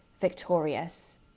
victorious